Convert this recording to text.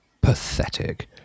pathetic